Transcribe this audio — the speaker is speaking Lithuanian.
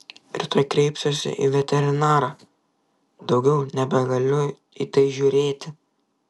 rytoj kreipsiuosi į veterinarą daugiau nebegaliu į tai žiūrėti